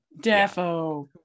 defo